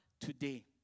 today